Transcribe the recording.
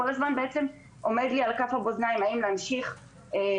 כל הזמן עומד לי על כף המאזניים האם להמשיך במסע